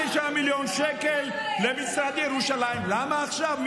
39 מיליון שקל למשרד ירושלים, למה עכשיו?